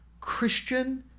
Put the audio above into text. Christian